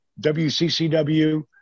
WCCW